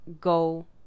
go